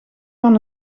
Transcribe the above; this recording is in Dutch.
van